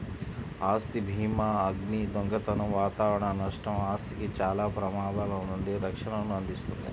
ఆస్తి భీమాఅగ్ని, దొంగతనం వాతావరణ నష్టం, ఆస్తికి చాలా ప్రమాదాల నుండి రక్షణను అందిస్తుంది